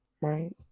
right